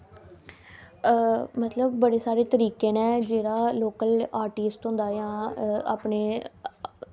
मतलब बड़े सारे तरीके न जेह्ड़ा लोकल आर्टिस्ट होंदा जां अपने